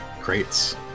crates